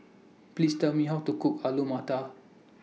Please Tell Me How to Cook Alu Matar